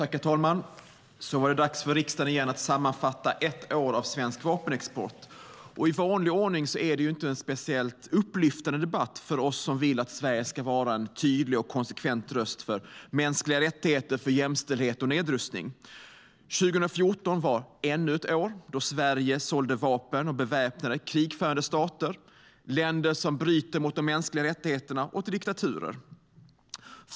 Herr talman! Så är det återigen dags för riksdagen att sammanfatta ett år av svensk vapenexport. I vanlig ordning är det inte någon speciellt upplyftande debatt för oss som vill att Sverige ska vara en tydlig och konsekvent röst för mänskliga rättigheter, jämställdhet och nedrustning. År 2014 var ännu ett år då Sverige sålde vapen och beväpnade krigförande stater, länder som bryter mot de mänskliga rättigheterna och diktaturer.